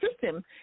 system